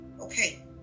Okay